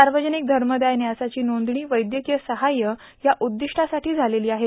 सार्वजनिक धर्मदाय न्यासाची नोंदणी वैद्यकीय सहाय्य या उद्दिष्टासाठी झालेली आहे